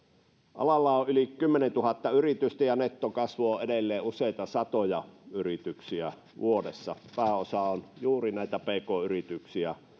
alalla on yli kymmenentuhatta yritystä ja nettokasvu on edelleen useita satoja yrityksiä vuodessa pääosa on juuri näitä pk yrityksiä